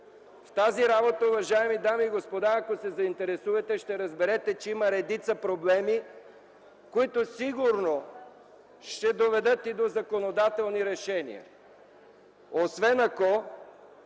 В тази работа, уважаеми дами и господа, ако се заинтересувате, ще разберете, че има редица проблеми, които сигурно ще доведат и до законодателни решения, освен ако